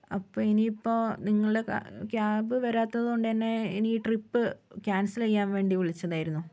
അപ്പോൾ ഇനി ഇപ്പോൾ നിങ്ങളുടെ ക്യാബ് വരാത്തത് കൊണ്ട്അന്നേ ഇനി ഈ ട്രിപ്പ് ക്യാൻസലു ചെയ്യാൻ വേണ്ടി വിളിച്ചതാരുന്നു